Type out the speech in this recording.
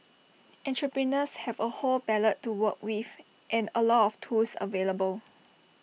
entrepreneurs have A whole palette to work with and A lot of tools available